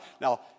Now